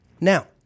Now